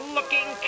Looking